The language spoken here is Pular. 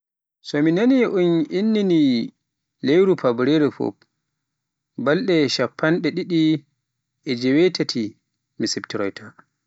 So mi nani un inni ni lewru fabareru fuf, balɗe shappanɗi ɗiɗi e jeewetati mi siptoroyta.